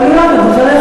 מה זה, הזה?